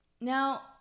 Now